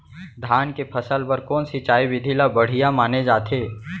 धान के फसल बर कोन सिंचाई विधि ला बढ़िया माने जाथे?